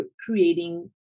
creating